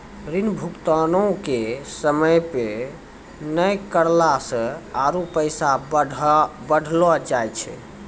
ऋण भुगतानो के समय पे नै करला से आरु पैसा बढ़लो जाय छै